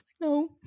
no